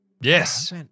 Yes